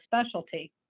specialty